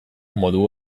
modu